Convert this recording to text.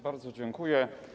Bardzo dziękuję.